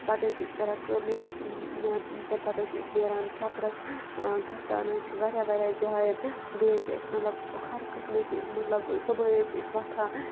پَتہٕ حظ چھِ أسۍ کَران کٲم ییٚلہِ حظ تمہِ پَتہٕ حظ چھِ أسۍ نیران چَکرَس گژھان حظ چھِ واریاہ واریاہ جایَن بیٚیہِ حظ چھِ أسۍ مطلب ہر قٕسمٕکۍ مطلب صُبحٲے حظ چھِ أسۍ وۄتھان